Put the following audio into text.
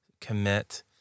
commit